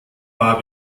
war